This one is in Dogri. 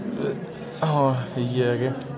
आं इ'यै के